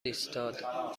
ایستاد